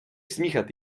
smíchat